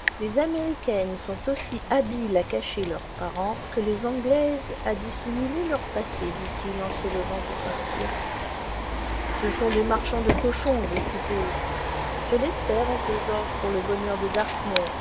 les américaines sont aussi habiles à cacher leurs parents que les anglaises à dissimuler leur passé dit-il en se levant pour partir ce sont des marchands de cochons je suppose je l'espère oncle george pour le bonheur de dartmoor